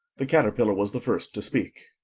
the caterpillar was the first to speak.